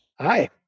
Hi